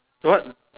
what